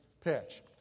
pitch